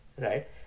right